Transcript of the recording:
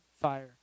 fire